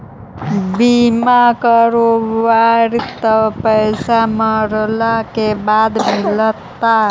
बिमा करैबैय त पैसा मरला के बाद मिलता?